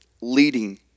leading